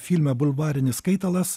filme bulvarinis skaitalas